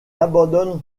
abandonne